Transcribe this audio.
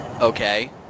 okay